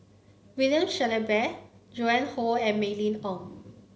William Shellabear Joan Hon and Mylene Ong